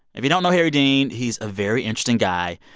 if you don't know harry dean, he's a very interesting guy.